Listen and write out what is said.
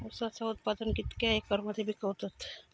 ऊसाचा उत्पादन कितक्या एकर मध्ये पिकवतत?